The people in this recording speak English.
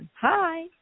Hi